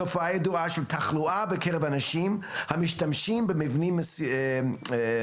תופעה ידועה של תחלואה בקרב אנשים המשתמשים במבנה מסוים.